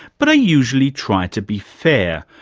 but i usually try to be fair,